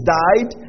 died